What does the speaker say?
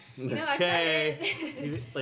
Okay